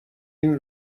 این